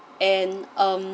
and um